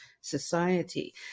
society